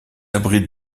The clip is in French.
abrite